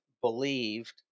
believed